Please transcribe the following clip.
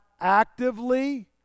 actively